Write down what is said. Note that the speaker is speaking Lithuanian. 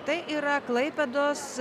tai yra klaipėdos